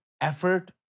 effort